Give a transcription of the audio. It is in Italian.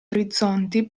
orizzonti